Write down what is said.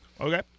Okay